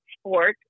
sport